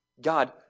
God